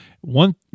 one